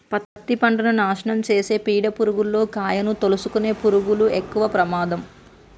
పత్తి పంటను నాశనం చేసే పీడ పురుగుల్లో కాయను తోలుసుకునే పురుగులు ఎక్కవ ప్రమాదం